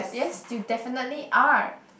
yes you definitely are